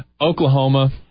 Oklahoma